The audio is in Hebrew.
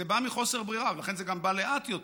זה בא מחוסר ברירה, ולכן זה גם בא לאט יותר.